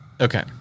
Okay